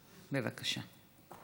בבקשה.